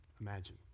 imagine